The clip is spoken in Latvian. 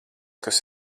kas